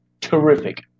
terrific